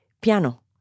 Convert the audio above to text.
piano